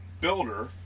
builder